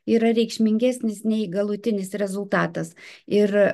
yra reikšmingesnis nei galutinis rezultatas ir